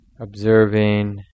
observing